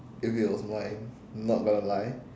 if it was mine not gonna lie